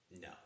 No